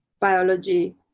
biology